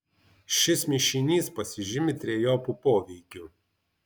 šis mišinys pasižymi trejopu poveikiu